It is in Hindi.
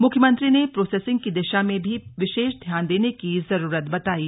मुख्यमंत्री ने प्रोसेसिंग की दिशा में भी विशेष ध्यान देने की जरूरत बतायी